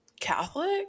Catholic